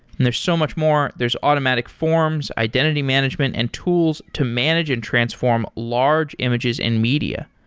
and there's so much more. there's automatic forms, identity management and tools to manage and transform large images and media.